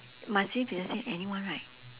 must we be the same right